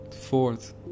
Fourth